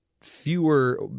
fewer